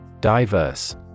Diverse